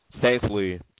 thankfully